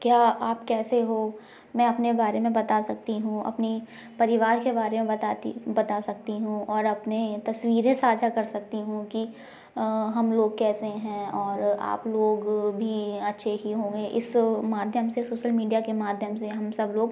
क्या आप कैसे हो मैं अपने बारे में बता सकती हूँ अपनी परिवार के बारे में बताती बता सकती हूँ और अपने तस्वीरें साझा सकती हूँ कि हम लोग कैसे हैं और आप लोग भी अच्छे ही होंगे इस माध्यम से सोशल मीडिया के माध्यम से हम सब लोग